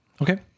Okay